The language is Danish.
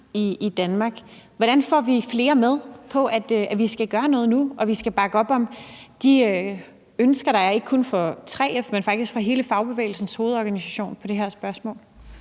i Danmark. Hvordan får vi flere med på, at vi skal gøre noget nu, og at vi skal bakke op om de ønsker, der er ikke kun fra 3F, men faktisk fra hele Fagbevægelsens Hovedorganisation i det her spørgsmål?